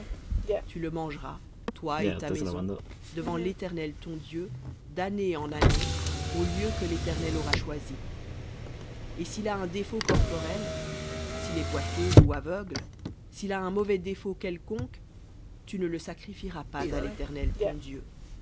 tu le mangeras toi et ta maison devant l'éternel ton dieu d'année en année au lieu que l'éternel aura choisi et s'il a un défaut corporel s'il est boiteux ou aveugle un mauvais défaut quelconque tu ne le sacrifieras pas à l'éternel ton dieu